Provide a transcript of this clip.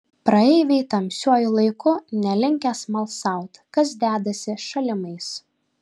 praeiviai tamsiuoju laiku nelinkę smalsaut kas dedasi šalimais